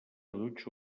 dutxa